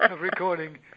recording